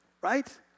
Right